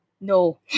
no